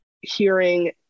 hearing